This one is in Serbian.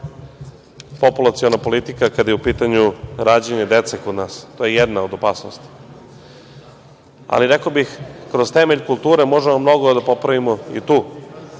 populaciona politika, kada je u pitanju rađanje dece kod nas. To je jedna od opasnosti. Ali, rekao bih, kroz temelj kulture možemo mnogo da popravimo i tu,